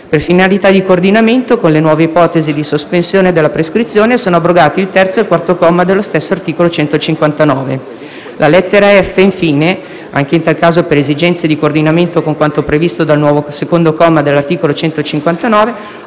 Per finalità di coordinamento con le nuove ipotesi di sospensione della prescrizione sono abrogati i commi 3 e 4 dello stesso articolo 159. Infine, la lettera *f)*, - anche in tal caso per esigenze di coordinamento con quanto previsto dal nuovo comma 2 dell'articolo 159